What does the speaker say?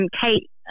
Kate